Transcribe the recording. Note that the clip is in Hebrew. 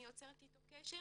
אני יוצרת איתו קשר,